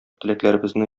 теләкләребезне